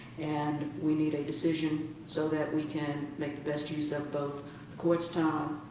and we need a decision so that we can make the best use of of court's time,